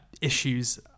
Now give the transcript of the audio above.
issues